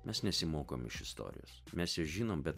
mes nesimokom iš istorijos mes ją žinom bet